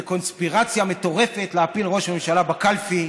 קונספירציה מטורפת להפיל ראש ממשלה בקלפי?